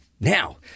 Now